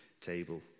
table